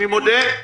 אני מודה.